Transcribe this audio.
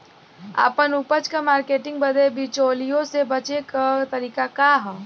आपन उपज क मार्केटिंग बदे बिचौलियों से बचे क तरीका का ह?